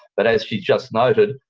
but as she just noted,